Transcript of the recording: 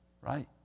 right